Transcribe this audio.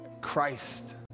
Christ